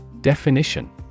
Definition